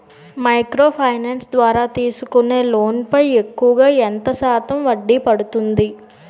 Micro finance ద్వారా తీసుకునే loan పై ఎక్కువుగా ఎంత శాతం వడ్డీ పడుతుంది?